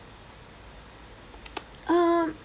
um